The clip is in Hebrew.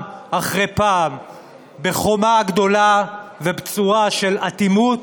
אחרי פעם בחומה גדולה ובצורה של אטימות